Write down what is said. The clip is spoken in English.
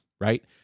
right